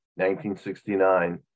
1969